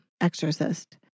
Exorcist